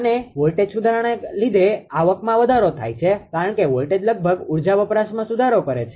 અને વોલ્ટેજ સુધારણાને લીધે આવકમાં વધારો થાય છે કારણ કે વોલ્ટેજ લગભગ ઊર્જા વપરાશમાં સુધારો કરે છે